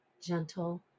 gentle